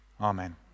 Amen